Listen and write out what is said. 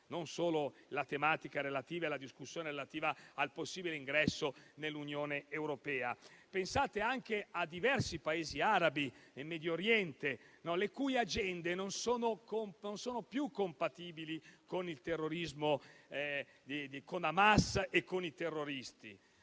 non solo alla tematica e alla discussione relativa al suo possibile ingresso nell'Unione europea. Pensate anche a diversi Paesi arabi e al Medio Oriente, le cui agende non sono più compatibili con Hamas e con i terroristi.